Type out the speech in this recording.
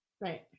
right